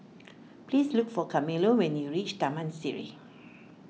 please look for Carmelo when you reach Taman Sireh